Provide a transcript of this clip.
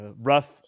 rough